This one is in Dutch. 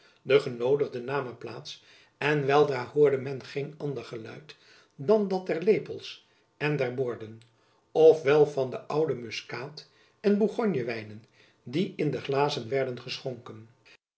de genoodigden namen plaats en weldra hoorde men geen ander geluid dan dat der lepels en der borden of wel van de oude muskaat en borgonjewijnen die in de glazen werden geschonken